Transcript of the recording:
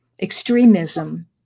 extremism